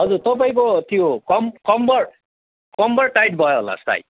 हजुर तपाईँको त्यो कम् कम्मर कम्मर टाइट भयो होला सायद